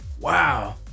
Wow